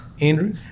Andrew